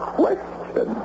question